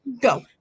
Go